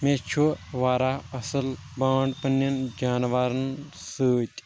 مےٚ چھُ واراہ اصل بانٛڈ پنٕنٮ۪ن جاناوارن سۭتۍ